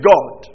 God